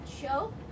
show